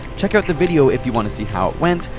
check out the video if you want to see how it went,